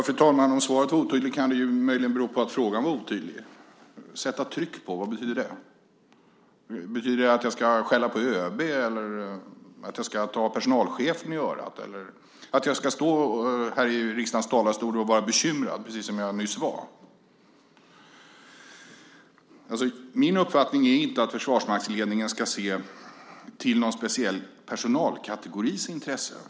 Fru talman! Om svaret var otydligt kan det möjligen bero på att frågan var otydlig. Vad betyder "sätta tryck på"? Betyder det att jag ska skälla på ÖB, att jag ska ta personalchefen i örat eller att jag ska stå i riksdagens talarstol och vara bekymrad - precis som jag nyss var? Min uppfattning är inte att försvarsmaktsledningen ska se till någon speciell personalkategoris intressen.